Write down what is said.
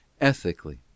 ethically